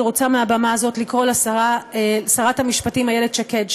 אני רוצה מהבמה הזאת לקרוא לשרת המשפטים איילת שקד,